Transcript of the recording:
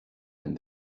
and